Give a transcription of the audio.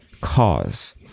cause